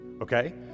Okay